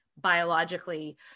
biologically